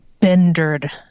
bendered